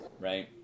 right